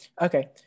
okay